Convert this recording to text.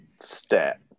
Stat